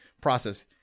process